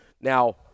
now